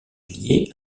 liée